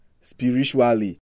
spiritually